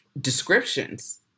descriptions